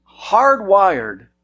hardwired